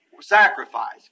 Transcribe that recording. Sacrifice